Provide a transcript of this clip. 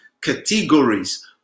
categories